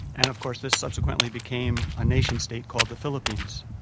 and of course this subsequently became a nation-state called the philippines.